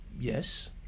Yes